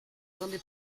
donde